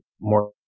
more